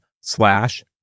slash